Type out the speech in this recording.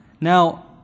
Now